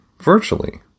virtually